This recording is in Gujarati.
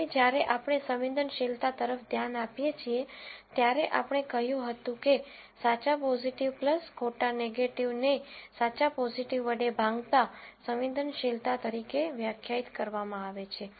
હવે જ્યારે આપણે સંવેદનશીલતા તરફ ધ્યાન આપીએ છીએ ત્યારે આપણે કહ્યું હતું કે સાચા પોઝીટિવ ખોટા નેગેટીવ ને સાચા પોઝીટિવ વડે ભાંગતા સંવેદનશીલતા તરીકે વ્યાખ્યાયિત કરવામાં આવે છે